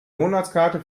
monatskarte